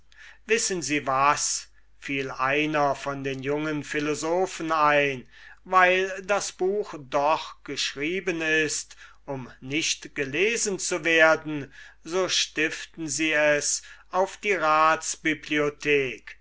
wissen sie was fiel einer von den jungen philosophen ein weil das buch doch geschrieben ist um nicht gelesen zu werden so stiften sie es auf die